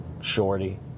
Shorty